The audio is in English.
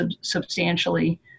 substantially